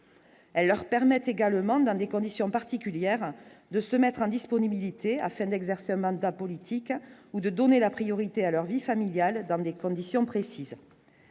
Elle leur permet également, dans des conditions particulières de se mettre en disponibilité afin d'exercer un mandat politique ou de donner la priorité à leur vie familiale, dans des conditions précises